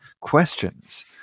questions